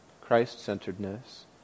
Christ-centeredness